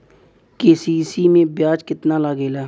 KCC में ब्याज कितना लागेला?